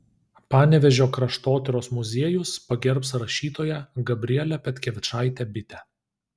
panevėžio kraštotyros muziejus pagerbs rašytoją gabrielę petkevičaitę bitę